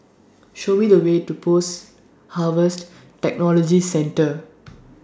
Show Me The Way to Post Harvest Technology Centre